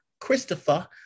Christopher